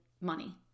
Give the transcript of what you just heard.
money